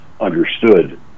understood